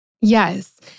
Yes